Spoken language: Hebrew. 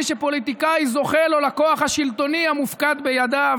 שפוליטיקאי זוכה לו לכוח השלטוני המופקד בידיו,